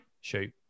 Shoot